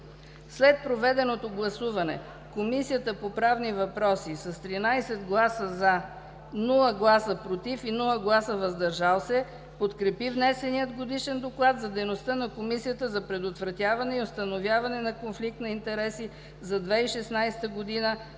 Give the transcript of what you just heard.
След проведеното гласуване, Комисията по правни въпроси с 13 гласа „за”, без „против“ и без „въздържал се” подкрепи внесения Годишен доклад за дейността на Комисията за предотвратяване и установяване на конфликт на интереси за 2016 г.,